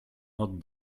not